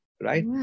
right